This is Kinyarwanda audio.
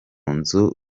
nzu